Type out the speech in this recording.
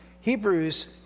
Hebrews